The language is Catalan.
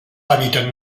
hàbitat